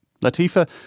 Latifa